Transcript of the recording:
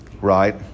right